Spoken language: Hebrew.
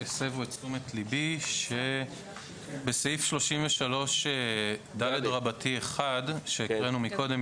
הסבו את תשומת ליבי שבסעיף 33ד1 שהקראנו מקודם.